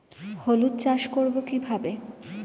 হলুদ চাষ করব কিভাবে?